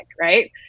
right